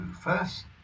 first